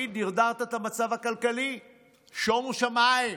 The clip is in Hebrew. לפיד, דרדרת את המצב הכלכלי, שומו שמיים.